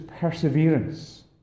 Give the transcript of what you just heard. perseverance